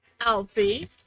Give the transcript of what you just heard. Alfie